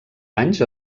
anys